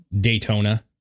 Daytona